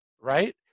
right